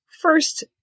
First